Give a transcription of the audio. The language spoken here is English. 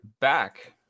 back